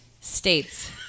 States